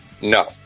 No